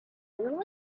gentlemen